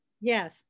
Yes